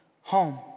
home